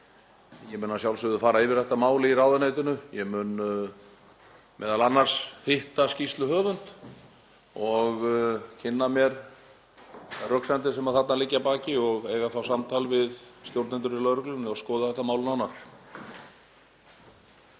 ég mun að sjálfsögðu fara yfir þetta mál í ráðuneytinu. Ég mun m.a. hitta skýrsluhöfund og kynna mér röksemdir sem þarna liggja að baki og eiga þá samtal við stjórnendur í lögreglunni og skoða þetta mál nánar.